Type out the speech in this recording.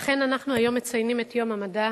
אכן, אנחנו היום מציינים את יום המדע